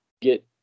get